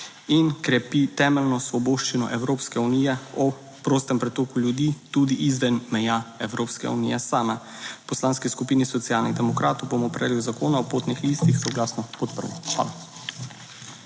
in krepi temeljno svoboščino Evropske unije o prostem pretoku ljudi tudi izven meja Evropske unije same. V Poslanski skupini Socialnih demokratov bomo predlog zakona o potnih listih soglasno podprli.